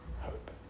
hope